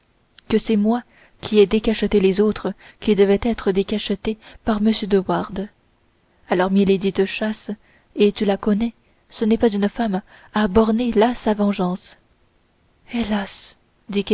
que c'est moi qui ai décacheté les autres qui devaient être décachetés par m de wardes alors milady te chasse et tu la connais ce n'est pas une femme à borner là sa vengeance